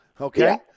Okay